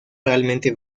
realmente